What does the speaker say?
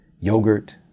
yogurt